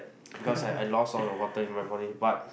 because I I lost all the water in my body but